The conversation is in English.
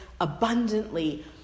abundantly